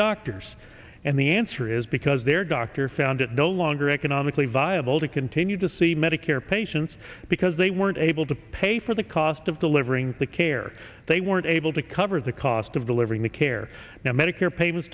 doctors and the answer is because their doctor found it no longer economically viable to continue to see medicare patients because they weren't able to pay for the cost of delivering the care they weren't able to cover the cost of delivering the care now medicare payments